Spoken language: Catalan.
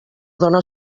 dóna